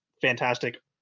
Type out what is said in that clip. fantastic